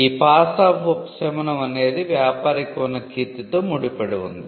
ఇప్పుడు pass off ఉపశమనం అనేది వ్యాపారికి ఉన్న కీర్తితో ముడిపడి ఉంది